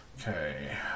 Okay